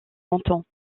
montants